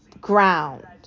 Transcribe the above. ground